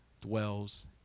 dwells